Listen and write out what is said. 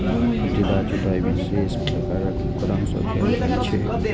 पट्टीदार जुताइ विशेष प्रकारक उपकरण सं कैल जाइ छै